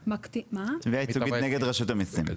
תביעה ייצוגית נגד רשות המסים.